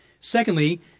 Secondly